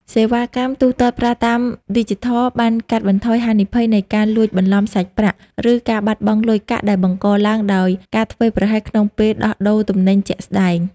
សេវាកម្មទូទាត់ប្រាក់តាមឌីជីថលបានកាត់បន្ថយហានិភ័យនៃការលួចបន្លំសាច់ប្រាក់ ឬការបាត់បង់លុយកាក់ដែលបង្កឡើងដោយការធ្វេសប្រហែសក្នុងពេលដោះដូរទំនិញជាក់ស្ដែង។